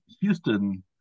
Houston